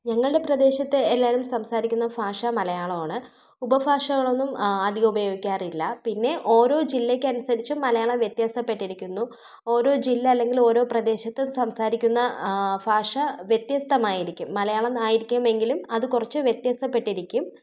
ഞങ്ങളുടെ പ്രദേശത്ത് എല്ലാവരും സംസാരിക്കുന്ന ഫാഷ മലയാളമാണ് ഉപഫാഷകളൊന്നും അധികം ഉപയോഗിക്കാറില്ല പിന്നെ ഓരോ ജില്ലക്കനുസരിച്ചും മലയാളം വ്യത്യസ്തപ്പെട്ടിരിക്കുന്നു ഓരോ ജില്ല അല്ലെങ്കിൽ ഓരോ പ്രദേശത്തും സംസാരിക്കുന്ന ഫാഷ വ്യത്യസ്തമായിരിക്കും മലയാളം ആയിരിക്കുമെങ്കിലും അത് കുറച്ച് വ്യത്യസ്തപ്പെട്ടിരിക്കും